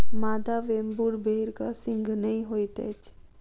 मादा वेम्बूर भेड़क सींघ नै होइत अछि